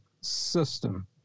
system